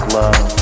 love